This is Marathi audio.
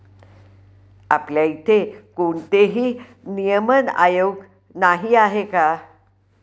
आपल्या इथे कोणतेही नियमन आयोग नाही आहे का?